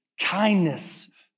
kindness